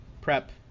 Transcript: Prep